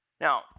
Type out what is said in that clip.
Now